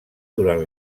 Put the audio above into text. durant